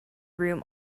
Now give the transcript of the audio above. room